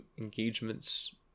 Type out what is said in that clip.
engagements